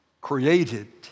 created